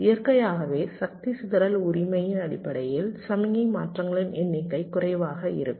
இயற்கையாகவே சக்தி சிதறல் உரிமையின் அடிப்படையில் சமிக்ஞை மாற்றங்களின் எண்ணிக்கை குறைவாக இருக்கும்